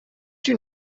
you